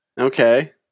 Okay